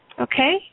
Okay